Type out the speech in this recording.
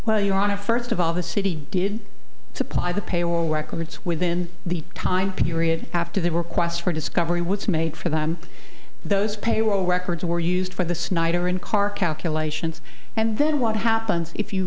well you want to first of all the city did supply the pay or records within the time period after the request for discovery was made for them those payroll records were used for the snyder and car calculations and then what happens if you